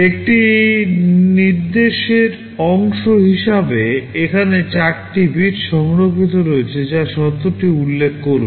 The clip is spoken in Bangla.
একটি নির্দেশের অংশ হিসাবে এখানে 4 টি বিট সংরক্ষিত রয়েছে যা শর্তটি উল্লেখ করবে